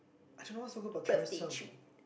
I don't know what's so good about Carousell though